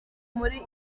muri